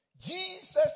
Jesus